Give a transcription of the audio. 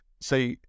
So-